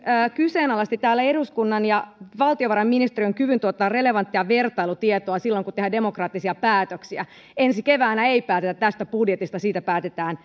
kyseenalaisti täällä eduskunnan ja valtiovarainministeriön kyvyn tuottaa relevanttia vertailutietoa silloin kun tehdään demokraattisia päätöksiä ensi keväänä ei päätetä tästä budjetista siitä päätetään